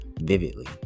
vividly